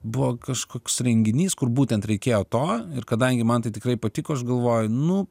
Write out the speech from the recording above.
buvo kažkoks renginys kur būtent reikėjo to ir kadangi man tai tikrai patiko aš galvoju nu